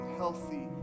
healthy